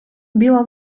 біла